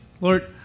Lord